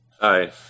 Hi